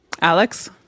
Alex